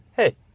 Hey